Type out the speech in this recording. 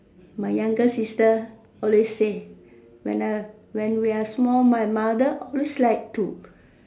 my younger sister always say when the when we are small my mother always like to